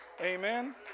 Amen